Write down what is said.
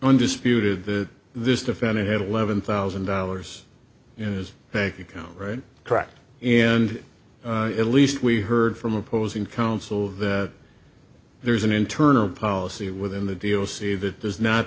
undisputed that this defendant had eleven thousand dollars in his bank account right track and at least we heard from opposing counsel that there's an internal policy within the d o c that there's not